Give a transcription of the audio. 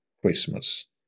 Christmas